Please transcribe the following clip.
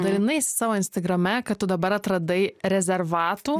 dalinaisi savo instagrame kad tu dabar atradai rezervatų